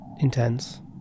intense